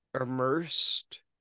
immersed